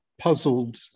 puzzled